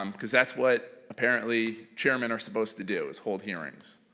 um because that's what apparently chairmen are supposed to do is hold hearings.